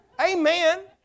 Amen